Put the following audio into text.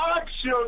action